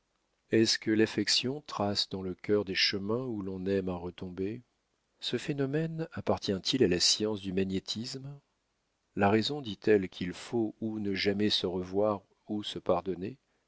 est-ce que l'affection trace dans le cœur des chemins où l'on aime à retomber ce phénomène appartient-il à la science du magnétisme la raison dit-elle qu'il faut ou ne jamais se revoir ou se pardonner